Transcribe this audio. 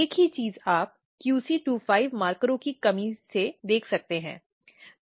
एक ही चीज़ आप QC 25 मार्करों की कमी से देख सकते हैं